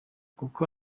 kuko